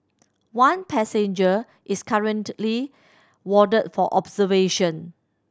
one passenger is currently warded for observation